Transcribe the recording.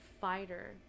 fighter